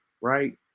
right